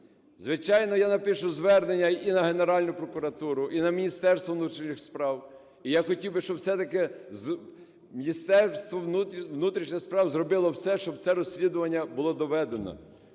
Звичайно, я напишу звернення і на Генеральну прокуратуру, і на Міністерство внутрішніх справ. Я хотів би, щоб все-таки Міністерство внутрішніх справ зробило все, щоб це розслідування було доведено,